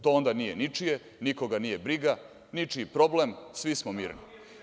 To onda nije ničije, nikoga nije briga, ničiji problem, svi smo mirni.